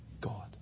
God